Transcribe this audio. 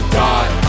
die